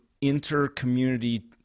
inter-community